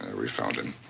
and we found him.